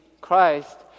Christ